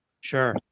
Sure